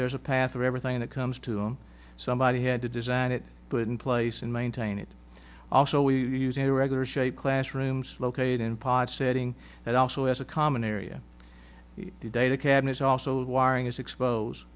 there is a path of everything that comes to them somebody had to design it put in place and maintain it also we use a regular shape classrooms located in pots setting that also has a common area the data cabinets also wiring is exposed